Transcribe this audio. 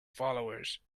followers